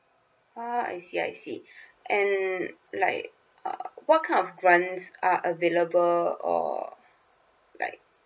ah I see I see and like uh what kind of grants are available or like